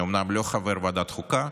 אני אומנם לא חבר ועדת החוקה,